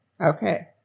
Okay